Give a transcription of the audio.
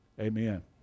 Amen